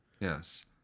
yes